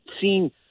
seen